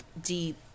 deep